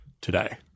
today